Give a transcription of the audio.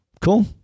Cool